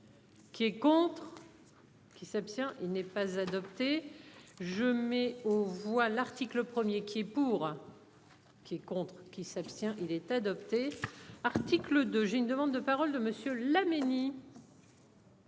Qui est contre. Qui s'abstient. Il n'est pas adopté. Je mets aux voix l'article 1er qui est pour. Qui est contre qui s'abstient il est adopté. Articles de j'ai une demande de parole de monsieur